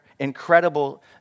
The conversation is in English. incredible